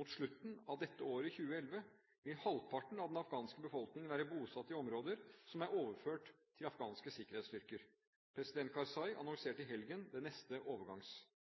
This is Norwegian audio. Mot slutten av dette året, 2011, vil halvparten av den afghanske befolkningen være bosatt i områder som er overført til afghanske sikkerhetsstyrker. President Karzai annonserte i helgen den neste